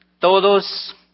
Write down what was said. todos